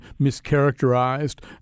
mischaracterized